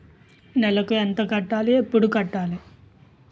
నెలకు ఎంత కట్టాలి? ఎప్పుడు కట్టాలి?